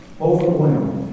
overwhelmed